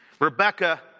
Rebecca